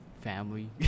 family